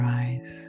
eyes